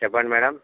చెప్పండి మేడం